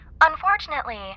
Unfortunately